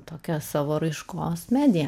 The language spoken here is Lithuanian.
tokia savo raiškos medija